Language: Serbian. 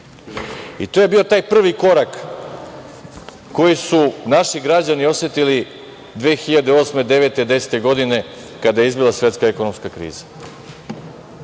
To je bio taj prvi korak koji su naši građani osetili 2008, 2009. i 2010. godine kada je izbila svetska ekonomska kriza.